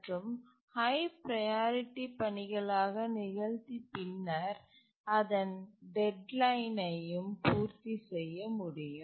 மற்றும் high priority பணிகளாக நிகழ்த்தி பின்னர் அதன் டெட்லைன் ஐயும் பூர்த்தி செய்ய முடியும்